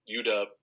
UW